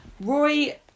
Roy